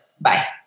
Bye